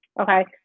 okay